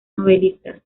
novelista